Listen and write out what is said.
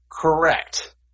correct